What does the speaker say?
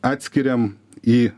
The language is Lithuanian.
atskiriam į